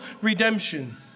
redemption